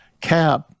cap